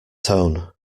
tone